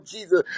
Jesus